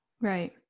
Right